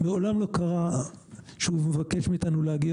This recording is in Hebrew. מעולם לא קרה שהוא מבקש מאתנו להגיע